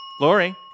Lori